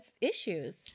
issues